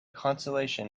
consolation